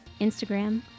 Instagram